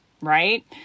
Right